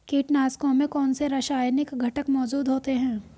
कीटनाशकों में कौनसे रासायनिक घटक मौजूद होते हैं?